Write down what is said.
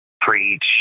preach